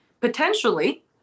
potentially